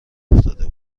افتاده